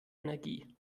energie